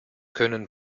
können